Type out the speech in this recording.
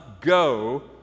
go